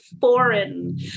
foreign